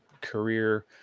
career